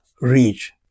reach